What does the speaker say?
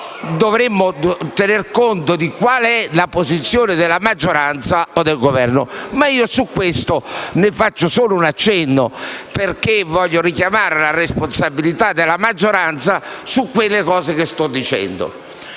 quindi, tener conto di qual è la posizione della maggioranza o del Governo. Ma di questo faccio solo un accenno, perché voglio richiamare la responsabilità della maggioranza su quanto sto dicendo.